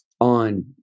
on